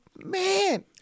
Man